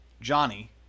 Johnny